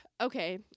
okay